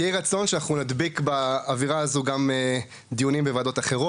יהי רצון שאנחנו נדביק באווירה הזאת גם דיונים בוועדות אחרות.